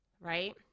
right